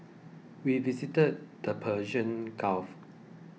we visited the Persian Gulf